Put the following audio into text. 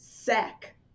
sack